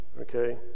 okay